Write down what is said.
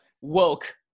woke